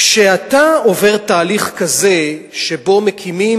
כשאתה עובר תהליך כזה שבו מקימים,